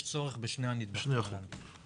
יש צורך בשני הנדבכים הללו.